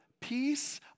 Peace